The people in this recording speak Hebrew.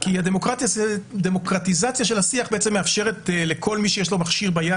כי הדמוקרטיזציה של השיח מאפשרת לכל מי שיש לו מכשיר ביד